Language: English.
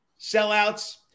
sellouts